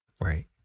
Right